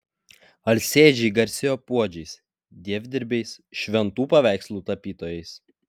alsėdžiai garsėjo puodžiais dievdirbiais šventų paveikslų tapytojais